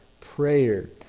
prayer